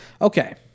okay